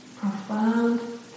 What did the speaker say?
profound